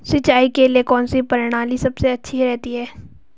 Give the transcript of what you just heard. सिंचाई के लिए कौनसी प्रणाली सबसे अच्छी रहती है?